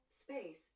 space